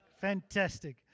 fantastic